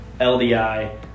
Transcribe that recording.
LDI